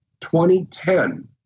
2010